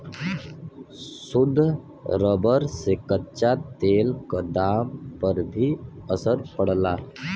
शुद्ध रबर से कच्चा तेल क दाम पर भी असर पड़ला